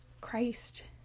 Christ